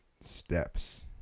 steps